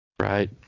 Right